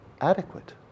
adequate